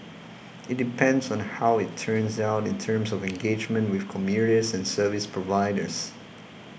it depends on how it turns out in terms of engagement with commuters and service providers